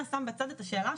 להוראות.